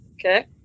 Okay